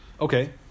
Okay